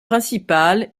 principal